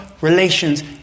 relations